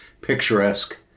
picturesque